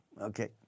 Okay